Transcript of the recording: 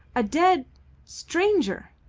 a dead stranger!